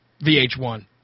VH1